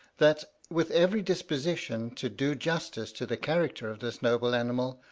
that, with every disposition to do justice to the character of this noble animal,